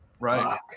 right